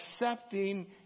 accepting